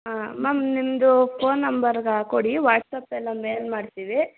ಹಾಂ ಮ್ಯಾಮ್ ನಿಮ್ದೂ phone number ಕೊಡಿ ವಾಟ್ಸ್ಆ್ಯಪೆಲ್ಲ ಮೇಲ್ ಮಾಡ್ತೀವಿ